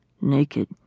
naked